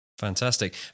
Fantastic